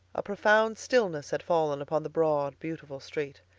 a profound stillness had fallen upon the broad, beautiful street.